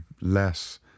less